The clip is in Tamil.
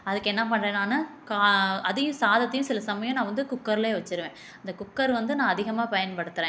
அதுக்கு என்ன பண்றேன் நான் கா அதையும் சாதத்தையும் சில சமயம் நான் வந்து குக்கரில் வச்சுருவேன் இந்த குக்கர் வந்து நான் அதிகமாக பயன்படுத்துறேன்